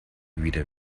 wieder